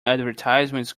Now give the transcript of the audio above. advertisements